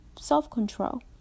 self-control